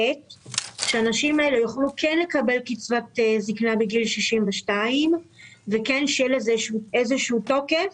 שהנשים האלה כן תוכלנה לקבל קצבת זקנה בגיל 62 ושיהיה לזה איזשהו תוקף,